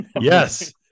Yes